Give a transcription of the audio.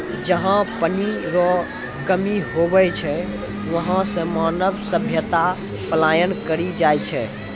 जहा पनी रो कमी हुवै छै वहां से मानव सभ्यता पलायन करी जाय छै